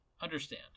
Understand